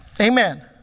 Amen